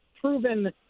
proven